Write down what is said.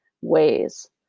ways